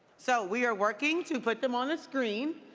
so we are working to put them on the screen.